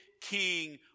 king